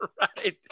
right